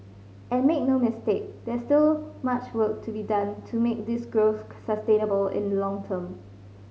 and make no mistake there's still much work to be done to make this growth sustainable in long term